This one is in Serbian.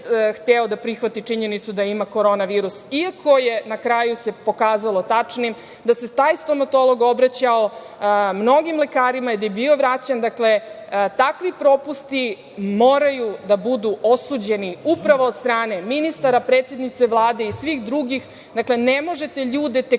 da prihvati činjenicu da ima Korona virus, iako se na kraju pokazalo tačnim da se taj stomatolog obraćao mnogim lekarima, da je bio vraćen. Dakle, takvi propusti moraju da budu osuđeni upravo od strane ministara, predsednice Vlade i svih drugih. Dakle, ne možete ljude tek tako